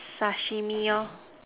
Sashimi lor